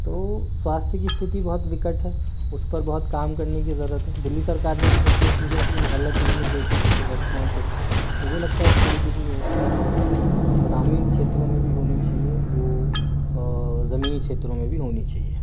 तो स्वास्थ्य की स्थिति बहुत विकट है उस पर बहुत काम करने की ज़रूरत है दिल्ली सरकार ने कुछ उसमे चीज़ें की मोहल्ला क्लिनिक जैसी कुछ व्यवस्थायें करके मुझे लगता है इस तरीके की व्यवस्थायें जो है वो ग्रामीण क्षेत्रो में भी होनी चाहिए वो जमीन क्षेत्रों मे भी होनी चाहिए